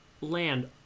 land